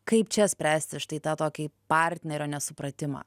kaip čia spręsti štai tą tokį partnerio nesupratimą